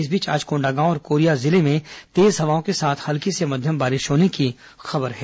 इस बीच आज कोंडागांव और कोरिया जिले में तेज हवाओं के साथ हल्की से मध्यम बारिश होने की खबर है